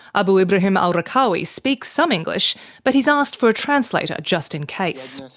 abu ibrahim al-raqqawi speaks some english but he's asked for a translator, just in case.